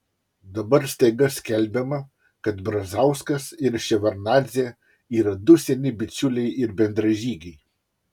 dabar staiga skelbiama kad brazauskas ir ševardnadzė yra du seni bičiuliai ir bendražygiai